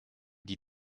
die